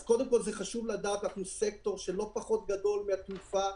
אז חשוב לדעת שאנחנו סקטור לא פחות גדול מהתעופה,